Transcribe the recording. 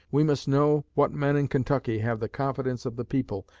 we must know what men in kentucky have the confidence of the people,